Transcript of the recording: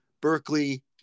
Berkeley